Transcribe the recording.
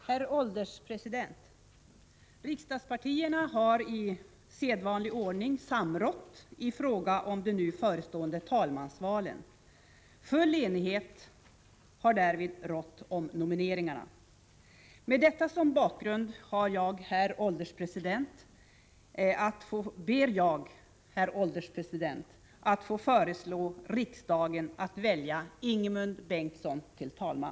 Herr ålderspresident! Riksdagspartierna har i sedvanlig ordning samrått i fråga om de nu förestående talmansvalen. Full enighet har därvid rått om nomineringarna. Med detta som bakgrund ber jag, herr ålderspresident, att få föreslå riksdagen att välja Ingemund Bengtsson till talman. Talmannen anmälde att Ulla-Britt Åbark skulle inträda som ersättare för honom under den tid han är riksdagens talman.